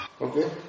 Okay